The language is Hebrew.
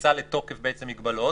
שמכניסה לתוקף בעצם מגבלות,